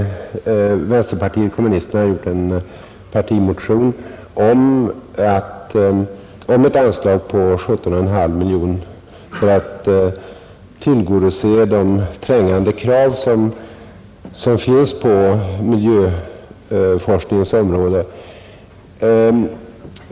Vänsterpartiet kommunisterna har väckt en partimotion om ett anslag på 17,5 miljoner för att tillgodose de trängande krav som föreligger på miljövårdsforskningen område.